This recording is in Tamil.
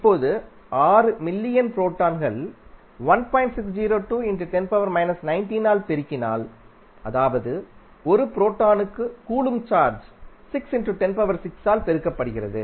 இப்போது 6 மில்லியன் புரோட்டான்கள் ஆல் பெருக்கினால்அதாவது ஒரு புரோட்டானுக்கு கூலொம்ப் சார்ஜ் ஆல் பெருக்கப்படுகிறது